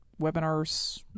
webinars